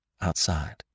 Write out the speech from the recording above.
outside